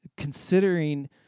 considering